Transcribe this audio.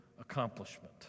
accomplishment